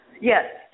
Yes